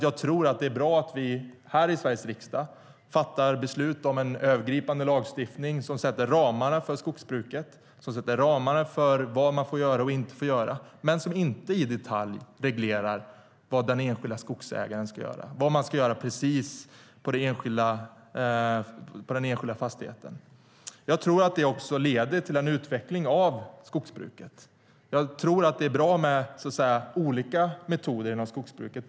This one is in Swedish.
Jag tror att det är bra att vi här i Sveriges riksdag fattar beslut om en övergripande lagstiftning som sätter ramarna för skogsbruket, som sätter ramarna för vad man får göra och inte göra men som inte i detalj reglerar vad den enskilda skogsägaren ska göra på den enskilda fastigheten. Jag tror också att det leder till en utveckling av skogsbruket. Jag tror att det är bra med olika metoder inom skogsbruket.